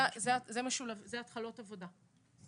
זה התחלות עבודה.